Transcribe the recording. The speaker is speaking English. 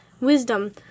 Wisdom